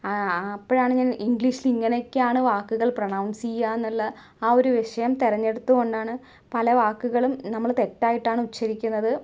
ആ ആ അപ്പഴാണ് ഞാൻ ഇംഗ്ലീഷില് ഇങ്ങനെയൊക്കെ ആണ് വാക്കുകൾ പ്രൊനൗൺസ് ചെയ്യാന്നുള്ള ആ ഒരു വിഷയം തിരഞ്ഞെടുത്തു കൊണ്ടാണ് പല വാക്കുകളും നമ്മള് തെറ്റായിട്ടാണ് ഉച്ചരിക്കുന്നത്